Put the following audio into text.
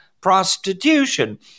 prostitution